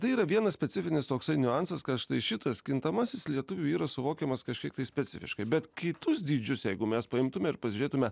tai yra vienas specifinis toksai niuansas kad štai šitas kintamasis lietuvių yra suvokiamas kažkiek tai specifiškai bet kitus dydžius jeigu mes paimtume ir pažiūrėtume